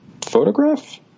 Photograph